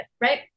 right